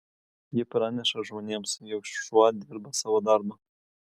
ji praneša žmonėms jog šuo dirba savo darbą